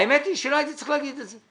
האמת היא שלא הייתי צריך להגיד את זה.